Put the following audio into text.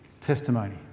testimony